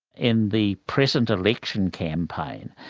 in the present election campaign,